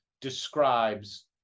Describes